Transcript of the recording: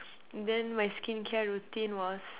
then my skincare routine was